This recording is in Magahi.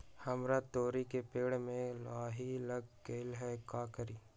हमरा तोरी के पेड़ में लाही लग गेल है का करी?